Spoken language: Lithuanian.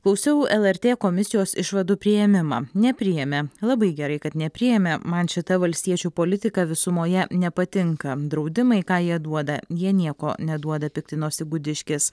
klausiau lrt komisijos išvadų priėmimą nepriėmė labai gerai kad nepriėmė man šita valstiečių politika visumoje nepatinka draudimai ką jie duoda jie nieko neduoda piktinosi gudiškis